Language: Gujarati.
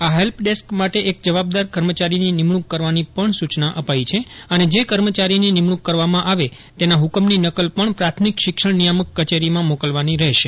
આ હેલ્પ ડેસ્ક માટે એક જવાબદાર કર્મચારીની નિયશૂક કરવાની પજ્ઞ સૂચના અપાઈ છે અને જે કર્મચારીની નિમપ્રક્રક કરવામાં આવે તેના હુકમની નકલ પજ્ઞ પ્રાથમિક શિક્ષષ્ઠ નિયામક કચેરીમાં મોકલવાની રહેશે